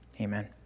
Amen